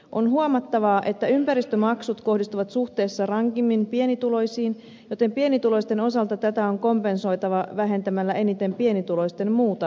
on huomattavaa että ympäristömaksut kohdistuvat suhteessa rankimmin pienituloisiin joten pienituloisten osalta tätä on kompensoitava vähentämällä eniten pienituloisten muuta verotusta